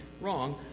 wrong